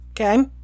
okay